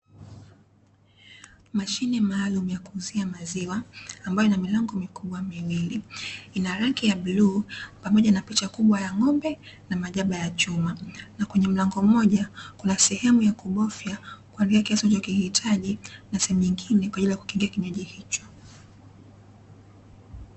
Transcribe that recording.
Mashine maalumu ya kuuzia maziwa, ambayo ina milango mikubwa miwili ina rangi ya bluu, pamoja na picha kubwa ya ng’ombe na majaba ya chuma na kwenye mlango mmoja kuna sehemu ya kubofya kuandika kiasi unacho kihitaji na sehemu nyongine kwaajili ya kukinga kinywaji hicho.